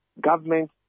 government